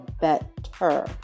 better